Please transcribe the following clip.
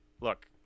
look